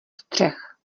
střech